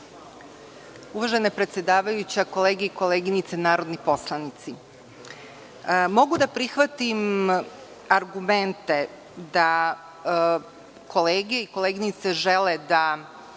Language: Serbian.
Uvažena predsedavajuća, kolege i koleginice narodni poslanici, mogu da prihvatim argumente da kolege i koleginice žele da